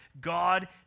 God